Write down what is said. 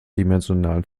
dimensionalen